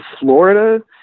Florida